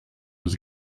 was